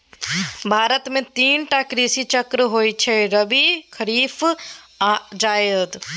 भारत मे तीन टा कृषि चक्र होइ छै रबी, खरीफ आ जाएद